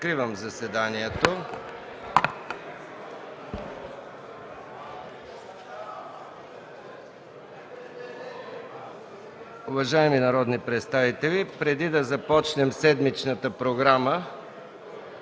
Откривам заседанието. Уважаеми народни представители, преди да започнем работа по седмичната програма